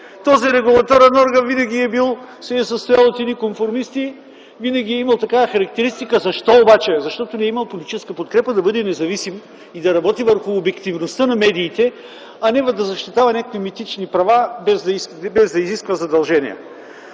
Този регулаторен орган винаги е бил, се е състоял от едни конформисти, винаги е имал такава характеристика. Защо обаче? Защото е имал политическа подкрепа да бъде независим и да работи върху обективността на медиите, а не да защитава някакви митични права без да изисква задължения.